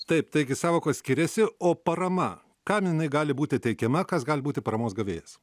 taip taigi sąvokos skiriasi o parama kam jinai gali būti teikiama kas gali būti paramos gavėjas